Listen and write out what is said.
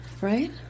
right